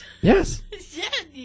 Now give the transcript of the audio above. Yes